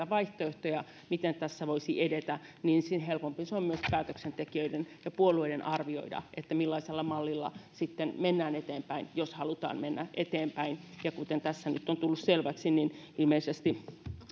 vaihtoehtoja miten tässä voisi edetä sitä helpompi on myös päätöksentekijöiden ja puolueiden arvioida millaisella mallilla sitten mennään eteenpäin jos halutaan mennä eteenpäin ja kuten tässä nyt on tullut selväksi ilmeisesti